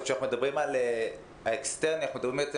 כשאנחנו מדברים על האקסטרני אנחנו מדברים בעצם,